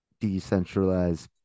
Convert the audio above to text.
decentralized